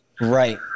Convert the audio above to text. Right